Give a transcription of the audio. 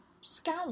scout